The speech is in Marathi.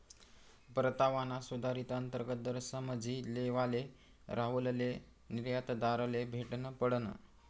परतावाना सुधारित अंतर्गत दर समझी लेवाले राहुलले निर्यातदारले भेटनं पडनं